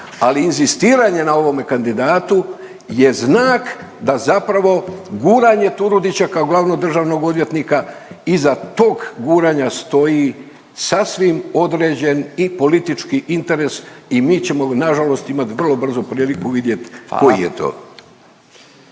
ali inzistiranje na ovome kandidatu je znak da zapravo guranje Turudića kao glavnog državnog odvjetnika iza tog guranja stoji sasvim određen i politički interes i mi ćemo nažalost imat vrlo brzo priliku vidjet koji je to.